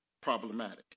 problematic